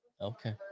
Okay